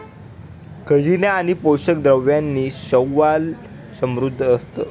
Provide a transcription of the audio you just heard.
खनिजे आणि पोषक द्रव्यांनी शैवाल समृद्ध असतं